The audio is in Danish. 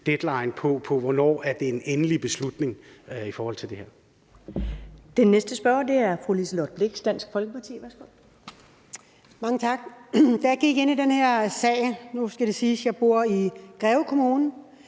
deadline for, hvornår der er en endelig beslutning i forhold til det her.